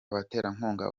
abaterankunga